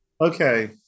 Okay